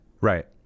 right